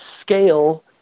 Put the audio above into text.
scale